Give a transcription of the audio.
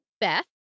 Beth